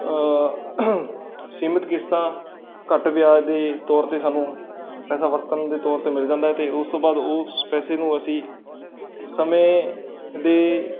ਸੀਮਤ ਕਿਸ਼ਤਾਂ ਘੱਟ ਵਿਆਜ ਦੇ ਤੌਰ 'ਤੇ ਸਾਨੂੰ ਪੈਸਾ ਵਰਤਣ ਦੇ ਤੌਰ 'ਤੇ ਮਿਲ ਜਾਂਦਾ ਅਤੇ ਉਸ ਤੋਂ ਬਾਅਦ ਉਹ ਪੈਸੇ ਨੂੰ ਅਸੀਂ ਸਮੇਂ ਦੇ